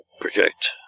project